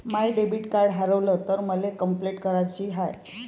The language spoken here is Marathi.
माय डेबिट कार्ड हारवल तर मले कंपलेंट कराची हाय